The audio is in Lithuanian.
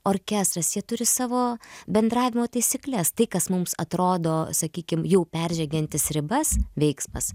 orkestras jie turi savo bendravimo taisykles tai kas mums atrodo sakykim jau peržengiantis ribas veiksmas